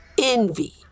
envy